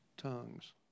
tongues